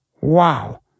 Wow